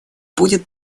будет